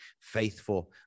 faithful